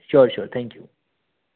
sure sure thank you